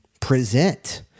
present